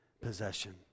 possession